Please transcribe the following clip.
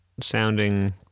sounding